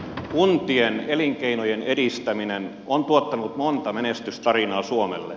kuntien elinkeinojen edistäminen on tuottanut monta menestystarinaa suomelle